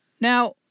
Now